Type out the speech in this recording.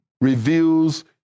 reveals